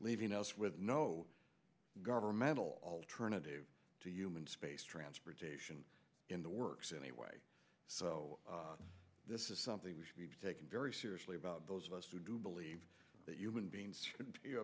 leaving us with no governmental alternative to human space transportation in the works anyway so this is something we should be taken very seriously about those of us who do believe that human beings should